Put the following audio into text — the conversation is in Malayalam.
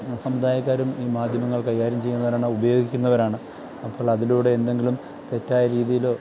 സമുദായക്കാരും ഈ മാധ്യമങ്ങള് കൈകാര്യം ചെയ്യുന്നവരാണ് ഉപയോഗിക്കുന്നവരാണ് അപ്പോള് അതിലൂടെ എന്തെങ്കിലും തെറ്റായ രീതിയിലോ